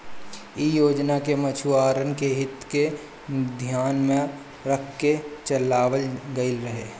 इ योजना के मछुआरन के हित के धियान में रख के चलावल गईल रहे